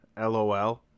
LOL